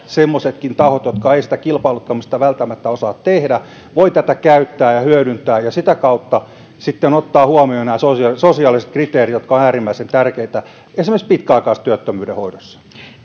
semmoisetkin tahot jotka eivät sitä kilpailuttamista välttämättä osaa tehdä voivat käyttää ja hyödyntää ja sitä kautta sitten ottaa huomioon nämä sosiaaliset sosiaaliset kriteerit jotka ovat äärimmäisen tärkeitä esimerkiksi pitkäaikaistyöttömyyden hoidossa